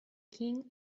king